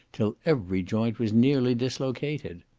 till every joint was nearly dislocated.